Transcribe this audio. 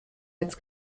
als